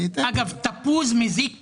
אגב, תפוז מזיק פחות,